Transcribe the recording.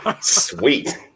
Sweet